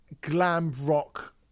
glam-rock